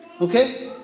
Okay